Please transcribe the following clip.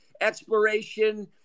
exploration